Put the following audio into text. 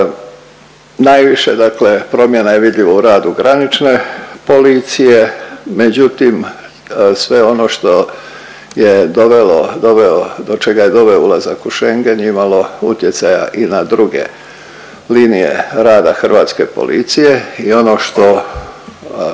dakle promjena je vidljivo u radu granične policije, međutim sve ono što je dovelo, doveo, do čega je doveo ulazak na Schengen je imalo utjecaja i na druge linije rada hrvatske policije i ono što